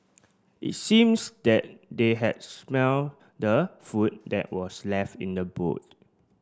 it seems that they had smelt the food that was left in the boot